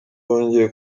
wongeye